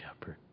shepherd